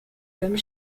l’homme